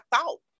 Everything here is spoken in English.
thought